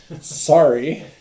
Sorry